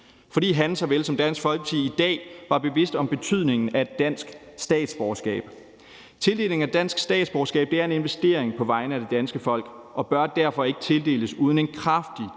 fordi han, såvel som Dansk Folkeparti er det i dag, var bevidst om betydningen af et dansk statsborgerskab. Tildelingen af dansk statsborgerskab er en investering på vegne af det danske folk og bør derfor ikke tildeles uden en kraftig,